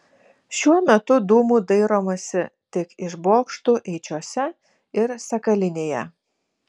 šiuo metu dūmų dairomasi tik iš bokštų eičiuose ir sakalinėje